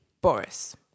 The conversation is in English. Boris